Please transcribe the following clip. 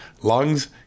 lungs